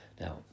Now